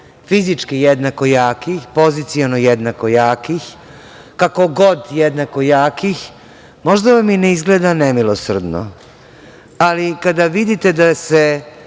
fizički jednako jakih, poziciono jednako jakih, kako god jednako jakih možda vam i ne izgleda nemilosrdno, ali kada vidite da se